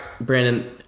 Brandon